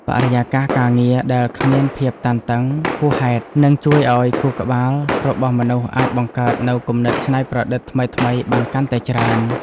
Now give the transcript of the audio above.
បរិយាកាសការងារដែលគ្មានភាពតានតឹងហួសហេតុនឹងជួយឱ្យខួរក្បាលរបស់មនុស្សអាចបង្កើតនូវគំនិតច្នៃប្រឌិតថ្មីៗបានកាន់តែច្រើន។